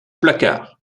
placard